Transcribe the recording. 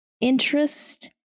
interest